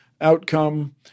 outcome